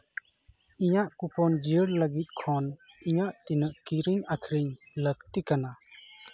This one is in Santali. ᱤᱧᱟᱹᱜ ᱠᱩᱯᱚᱱ ᱡᱤᱭᱟᱹᱲ ᱞᱟᱹᱜᱤᱫ ᱠᱷᱚᱱ ᱤᱧᱟᱹᱜ ᱛᱤᱱᱟᱹᱜ ᱠᱤᱨᱤᱧ ᱟᱹᱠᱷᱨᱤᱧ ᱞᱟᱹᱠᱛᱤ ᱠᱟᱱᱟ